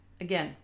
again